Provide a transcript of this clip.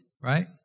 right